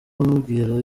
umubwira